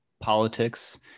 politics